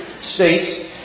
states